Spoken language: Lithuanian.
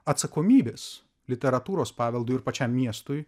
atsakomybės literatūros paveldui ir pačiam miestui